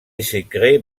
secret